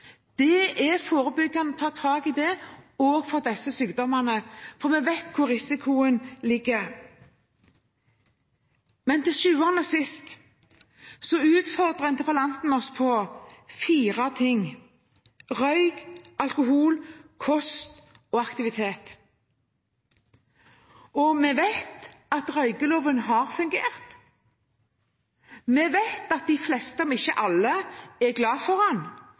Det er forebyggende å ta tak i det også for disse sykdommene, for vi vet hvor risikoen ligger. Men til sjuende og sist utfordrer interpellanten oss på fire ting: røyk, alkohol, kost og aktivitet. Vi vet at røykeloven har fungert. Vi vet at de fleste – om ikke alle – er glad for